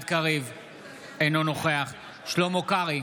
אינו נוכח שלמה קרעי,